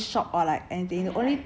buy stuff that often